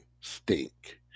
stink